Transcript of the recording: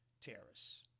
terrorists